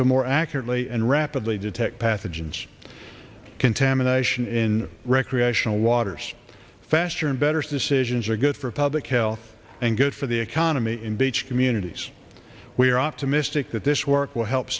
to more accurately and rapidly detect pathogens contamination in recreational waters faster and better suspicions are good for public health and good for the economy in beach communities we are optimistic that this work will help